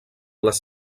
les